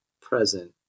present